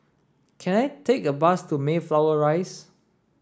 can I take a bus to Mayflower Rise